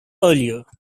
earlier